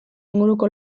inguruko